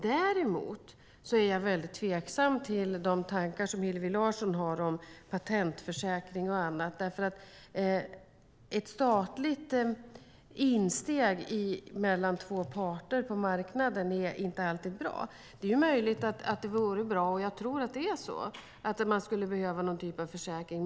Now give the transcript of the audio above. Däremot är jag mycket tveksam till de tankar som Hillevi Larsson har om patentförsäkring och annat. Ett statligt insteg mellan två parter på marknaden är inte alltid bra. Det är möjligt - och jag tror att det är så - att man skulle behöva någon typ av försäkring.